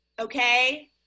Okay